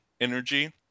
energy